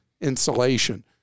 insulation